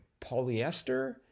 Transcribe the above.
Polyester